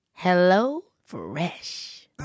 HelloFresh